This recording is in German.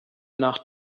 nach